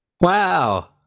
wow